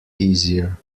easier